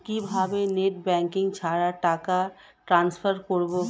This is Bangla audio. কিভাবে নেট ব্যাঙ্কিং ছাড়া টাকা ট্রান্সফার করবো?